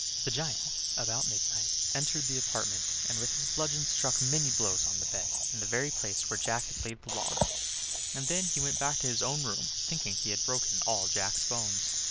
the giant, about midnight, entered the apartment, and with his bludgeon struck many blows on the bed, in the very place where jack had laid the log and then he went back to his own room, thinking he had broken all jack's bones.